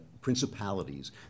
principalities